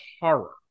horror